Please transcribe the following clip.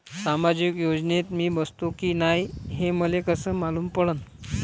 सामाजिक योजनेत मी बसतो की नाय हे मले कस मालूम पडन?